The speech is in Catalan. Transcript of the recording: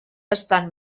estan